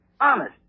Honest